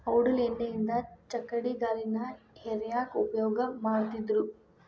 ಔಡಲ ಎಣ್ಣಿಯಿಂದ ಚಕ್ಕಡಿಗಾಲಿನ ಹೇರ್ಯಾಕ್ ಉಪಯೋಗ ಮಾಡತ್ತಿದ್ರು